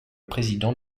président